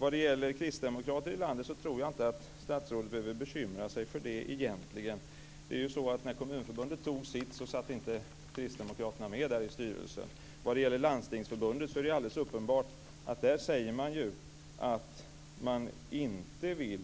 Jag tror inte att statsrådet behöver bekymra sig över kristdemokrater ute i landet. När Kommunförbundet fattade sitt beslut satt inte Kristdemokraterna med i styrelsen där. När det gäller Landstingsförbundet säger man att man inte vill